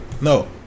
No